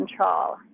control